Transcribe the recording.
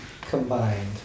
combined